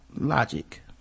logic